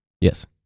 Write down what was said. Yes